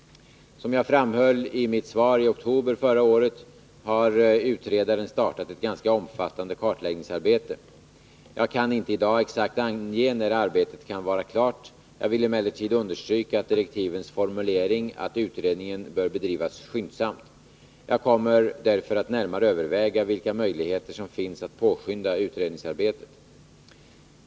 Som jag framhöll i mitt svar i oktober förra året har utredaren startat ett ganska omfattande kartläggningsarbete. Jag kan inte i dag exakt ange när arbetet kan vara klart. Jag vill emellertid understryka direktivens formulering att utredningen bör bedrivas skyndsamt. Jag kommer därför att närmare överväga vilka möjligheter som finns att påskynda utredningsarbetet.